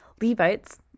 Levites